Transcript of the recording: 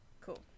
Cool